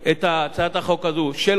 שפותחת את אזורי הרישום,